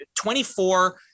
24